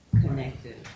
connected